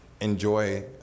enjoy